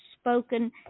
spoken